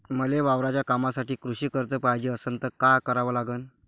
मले वावराच्या कामासाठी कृषी कर्ज पायजे असनं त काय कराव लागन?